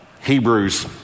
Hebrews